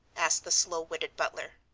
asked the slow-witted butler.